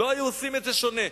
לא היו עושים את זה שונה.